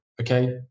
Okay